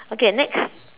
okay next